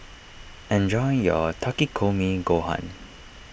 enjoy your Takikomi Gohan